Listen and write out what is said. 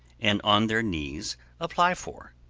and on their knees apply for,